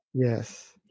Yes